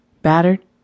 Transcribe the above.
Battered